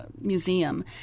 Museum